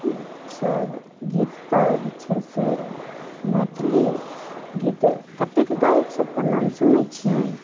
sir गीत तऽ जे छै से मैथिली गीत कतेक गायकसभके नाम सुनै छिअनि